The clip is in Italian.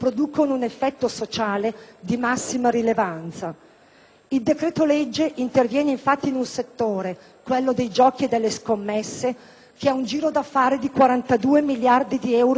Il decreto-legge interviene infatti in un settore - quello dei giochi e delle scommesse - che ha un giro d'affari di 42 miliardi di euro di fatturato all'anno (quasi il 3 per